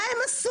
מה הם עשו?